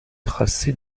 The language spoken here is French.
tracé